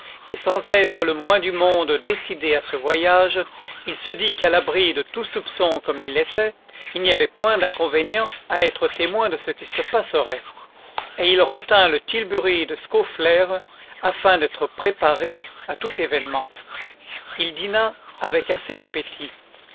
et sans être le moins du monde décidé à ce voyage il se dit qu'à l'abri de tout soupçon comme il l'était il n'y avait point d'inconvénient à être témoin de ce qui se passerait et il retint le tilbury de scaufflaire afin d'être préparé à tout événement il dîna avec assez d'appétit